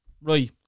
right